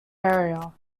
area